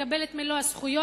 לקבל את מלוא הזכויות,